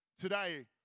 Today